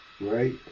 right